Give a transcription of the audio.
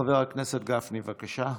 חבר הכנסת גפני, בבקשה.